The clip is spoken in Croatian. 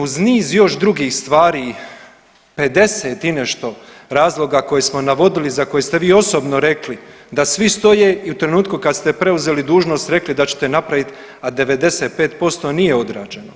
Uz niz još drugih stvari, 50 i nešto razloga koje smo navodili za koje ste vi osobno rekli da svi stoje i u trenutku kad ste preuzeli dužnost rekli da ćete napraviti, a 95% nije odrađeno.